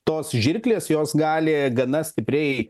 tos žirklės jos gali gana stipriai